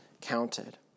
counted